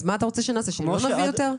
אז מה אתה רוצה שנעשה, שלא נביא יותר.